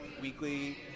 weekly